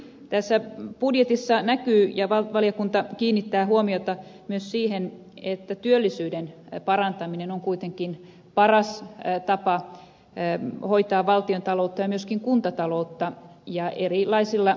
tässä budjetissa näkyy ja valiokunta kiinnittää huomiota myös siihen että työllisyyden parantaminen on kuitenkin paras tapa hoitaa valtiontaloutta ja myöskin kuntataloutta